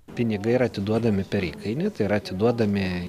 pinigai yra atiduodami per įkainį tai yra atiduodami